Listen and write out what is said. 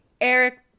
Eric